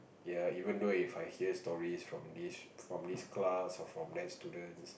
ya even though If I hear stories from this from this class or from that students